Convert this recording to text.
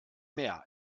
mehr